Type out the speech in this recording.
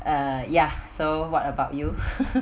uh ya so what about you